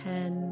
Ten